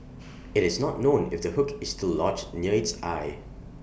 IT is not known if the hook is still lodged near its eye